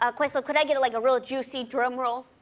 ah questlove, could i get, like, a real juicy drum roll?